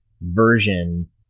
version